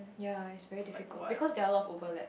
ya it's very difficult because there are a lot of overlap